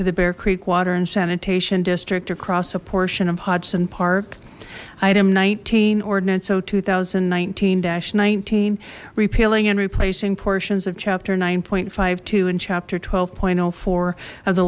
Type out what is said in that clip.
to the bear creek water and sanitation district across a portion of hudson park item nineteen ordinance o two thousand and nineteen nineteen repealing and replacing portions of chapter nine five to in chapter twelve point o of the